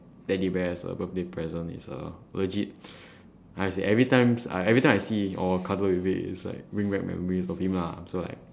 teddy bear as a birthday present is a legit how to say every times I every time I see it or cuddle with it its like brings back memory of him lah so like